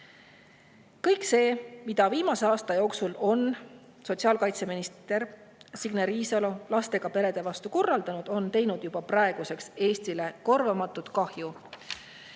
Kõik see, mida viimase aasta jooksul on sotsiaalkaitseminister Signe Riisalo lastega perede vastu korraldanud, on teinud juba praeguseks Eestile korvamatut kahju.